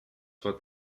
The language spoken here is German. zwar